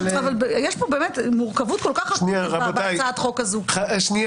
אבל --- יש בהצעת החוק הזו באמת